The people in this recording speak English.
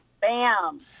Bam